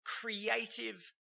creative